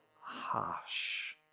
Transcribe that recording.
harsh